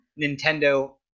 Nintendo